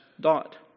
dot